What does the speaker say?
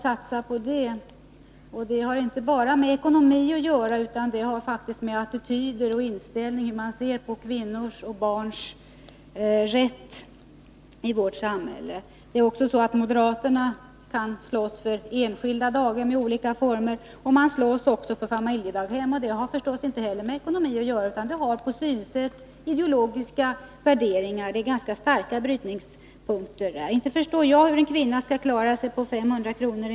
Detta har inte bara att göra med ekonomi, utan också med attityder och inställning, dvs. hur man ser på kvinnors och barns rätt i vårt samhälle. Moderaterna kan slåss för enskilda daghem i olika former, och de kan också slåss för familjedaghem. Detta har naturligtvis inte heller med ekonomi att göra, utan det beror mera på synsätt och ideologiska värderingar. Vi har ganska starka brytningspunkter där. Inte förstår jag hur en kvinna skall kunna klara sig på 500 kr.